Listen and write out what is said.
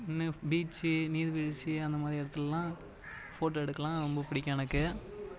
நின்று பீச் நீர்வீழ்ச்சி அந்தமாதிரி இடத்திலலாம் ஃபோட்டோ எடுக்கலாம் ரொம்ப பிடிக்கும் எனக்கு